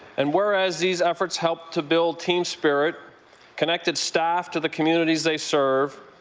and whereas these efforts help to build team spirit connected staff to the communities they serve,